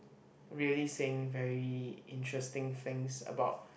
really saying very interesting things about